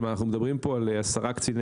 זאת אומרת אנחנו מדברים פה על עשרה קציני